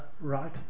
right